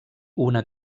una